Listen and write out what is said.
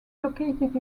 located